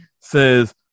says